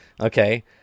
Okay